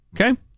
okay